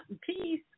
peace